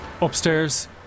Upstairs